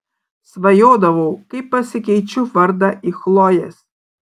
svajodavau kaip pasikeičiu vardą į chlojės